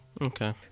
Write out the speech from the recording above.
Okay